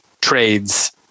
trades